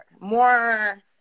more